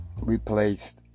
replaced